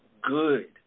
good